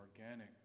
organic